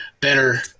better